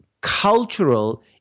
cultural